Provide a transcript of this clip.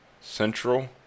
central